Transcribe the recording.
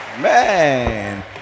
Man